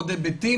עוד היבטים